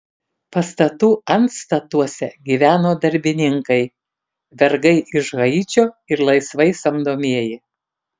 pastatų antstatuose gyveno darbininkai vergai iš haičio ir laisvai samdomieji